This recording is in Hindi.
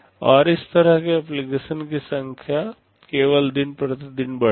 और इस तरह के एप्लीकेशन की संख्या केवल दिन प्रतिदिन बढ़ेगी